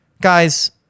Guys